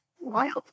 wild